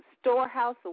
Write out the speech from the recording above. storehouse